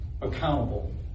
accountable